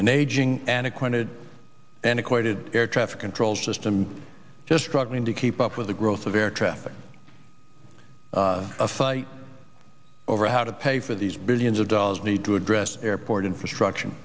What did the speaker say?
an aging antiquated and equated air traffic control system just struggling to keep up with the growth of air traffic a fight over how to pay for these billions of dollars need to address airport infrastructure